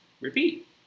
Repeat